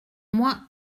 moi